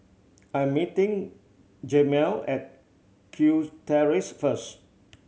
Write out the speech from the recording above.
I'm meeting Jemal at Kew Terrace first